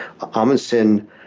Amundsen